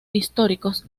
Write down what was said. históricos